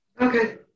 Okay